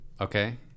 okay